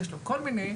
יש לו כל מיני,